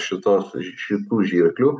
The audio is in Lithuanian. šitos šitų žirklių